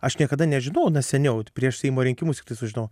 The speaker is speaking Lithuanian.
aš niekada nežinau na seniau prieš seimo rinkimus tik tai sužinojau